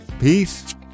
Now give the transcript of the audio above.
peace